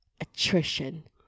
attrition